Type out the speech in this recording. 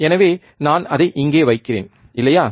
எனவே நான் அதை இங்கே வைக்கிறேன் இல்லையா